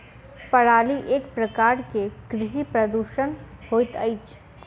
पराली एक प्रकार के कृषि प्रदूषण होइत अछि